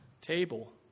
table